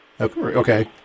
Okay